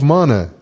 Mana